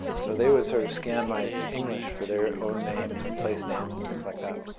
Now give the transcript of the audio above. so they would sort of scan my english for their own names and place names and things like that.